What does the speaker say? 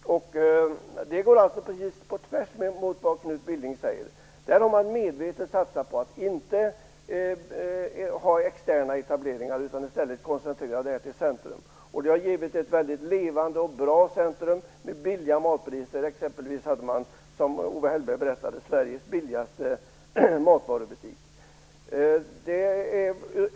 Det går precis på tvärs mot vad Knut Billing säger. Där har man medvetet satsat på att inte ha externa etableringar utan i stället koncentrera handeln till centrum, och det har givit ett väldigt levande och bra centrum med låga matpriser. Exempelvis har man, som Owe Hellberg berättade, Sveriges billigaste matvarubutik.